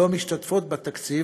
לא משתתפות בתקציב,